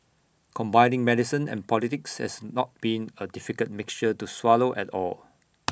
combining medicine and politics has not been A difficult mixture to swallow at all